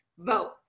vote